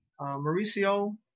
mauricio